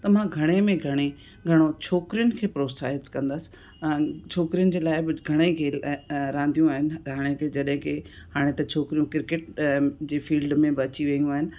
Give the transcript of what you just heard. त मां घणे में घणे घणो छोकिरियुनि खे प्रोत्साहित कंदसि छोकिरियुनि जे लाइ बि घणेई खेल रांदियूं आहिनि हाणे की जॾहिं की हाणे त छोकिरियूं किरकेट जी फील्ड में बि अची वियूं आहिनि